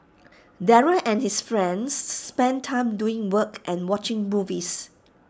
Daryl and his friends spent time doing work and watching movies